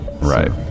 Right